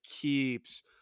keeps